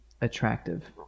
attractive